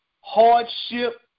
hardship